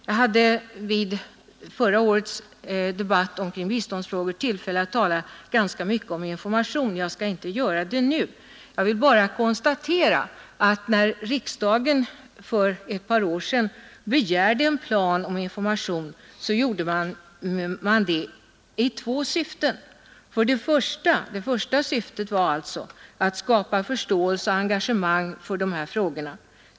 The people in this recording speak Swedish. Jag hade vid förra årets debatt om biståndsfrågor tillfälle att tala ganska mycket om information, och jag skall inte göra det nu. Jag vill bara konstatera att riksdagen när den för ett par år sedan begärde en plan för information gjorde det i två syften. Det första syftet var att skapa förståelse och engagemang för de här frågorna.